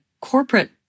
corporate